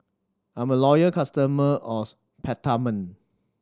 I'm a loyal customer of Peptamen